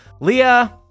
Leah